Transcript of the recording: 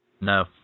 No